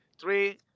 three